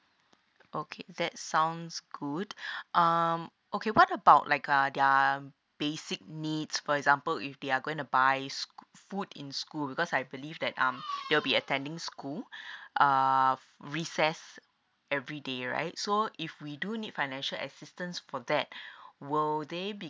okay that sounds good um okay what about like uh their basic needs for example if they are going to buy s~ food in school because I believe that um they will be attending school err recess every day right so if we do need financial assistance for that will they be